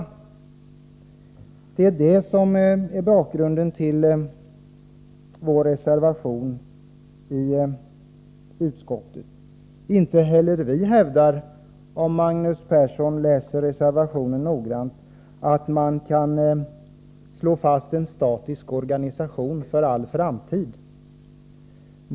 Det är detta som är bakgrunden till vår reservation i utskottsbetänkandet. Om Magnus Persson läser reservationen noggrant, skall han finna att inte heller vi hävdar att man kan slå fast en statisk organisation för all framtid.